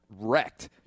wrecked